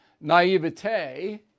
naivete